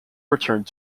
returned